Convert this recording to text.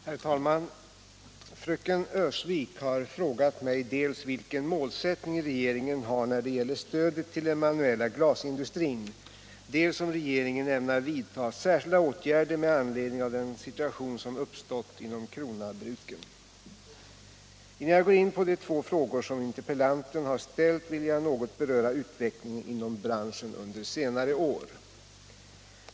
Herr talman! Fröken Öhrsvik har frågat mig dels vilken målsättning regeringen har när det gäller stödet till den manuella glasindustrin, dels om regeringen ämnar vidta särskilda åtgärder med anledning av den situation som uppstått inom Krona-Bruken. Innan jag går in på de två frågor som interpellanten har ställt vill jag något beröra utvecklingen inom branschen under senare år.